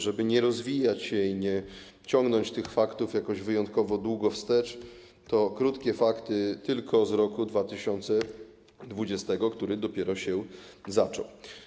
Żeby tego nie rozwijać, nie ciągnąć tych faktów jakoś wyjątkowo długo wstecz, to podam krótkie fakty tylko z roku 2020, który dopiero się zaczął.